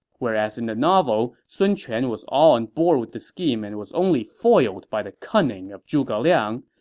whereas in the novel, sun quan was all on board with the scheme and was only foiled by the cunning of zhuge liang,